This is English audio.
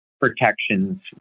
protections